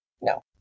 no